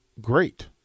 great